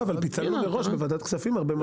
לא, אבל פיצלנו מראש בוועדת כספים הרבה מאוד.